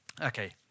Okay